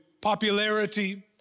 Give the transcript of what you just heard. popularity